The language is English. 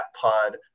Pod